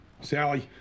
Sally